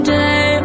day